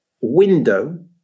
window